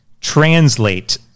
translate